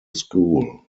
school